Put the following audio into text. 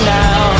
now